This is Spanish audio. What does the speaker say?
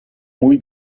muy